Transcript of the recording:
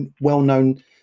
well-known